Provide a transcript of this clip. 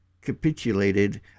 capitulated